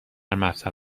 مفصل